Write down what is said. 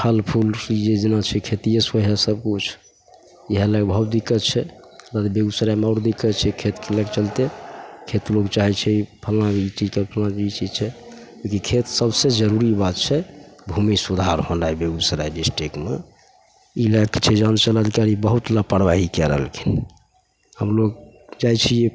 फल फूल जे जेना छै खेतिएसे होइ हइ सबकिछु इएह लैके बहुत दिक्कत छै हमरा बेगूसरायमे आओर दिक्कत छै खेतके लैके चलिते खेत लोक चाहै छै फल्लाँके ई चीज तऽ फल्लाँके ई चीज छै खेत सबसे जरूरी बात छै भूमि सुधार होनाइ बेगूसराय डिस्ट्रिकमे ई लैके छै जे अञ्चल अधिकारी बहुत लापरवाही कै रहलखिन हमलोक जाइ छिए